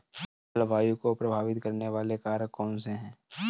जलवायु को प्रभावित करने वाले कारक कौनसे हैं?